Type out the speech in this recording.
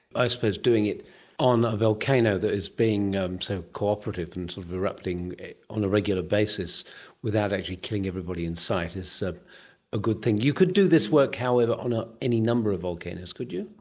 i suppose doing it on a volcano that is being um so cooperative and sort of erupting on a regular basis without actually killing everybody in sight is so a good thing. you could do this work, however, on ah any number of volcanoes, could you?